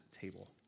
table